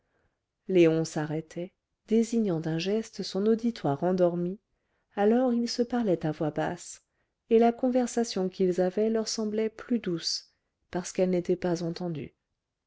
léon s'arrêtait désignant d'un geste son auditoire endormi alors ils se parlaient à voix basse et la conversation qu'ils avaient leur semblait plus douce parce qu'elle n'était pas entendue